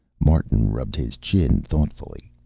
martin rubbed his chin thoughtfully.